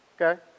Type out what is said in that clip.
Okay